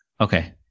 Okay